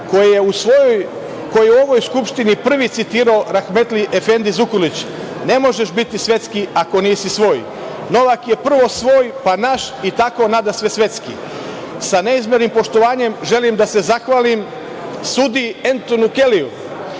koji je u ovoj Skupštini prvi citirao Rahmetli Efendi Zukorlić – ne možeš biti svetski, ako nisi svoj. Novak je prvo svoj, pa naš i tako nadasve svetski. Sa neizmernim poštovanjem želim da se zahvalim sudiji Entoniju Keliju,